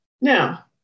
Now